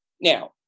Now